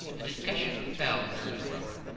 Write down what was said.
the discussion fell during the rubber,